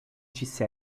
disse